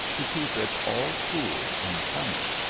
to keep it all cool in summer.